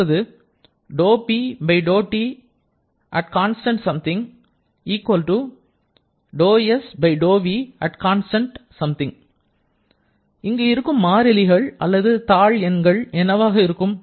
அதாவது இங்கே இருக்கும் மாறிலிகள் அல்லது தாழ் எண்கள் என்னவாக இருக்கும்